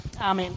Amen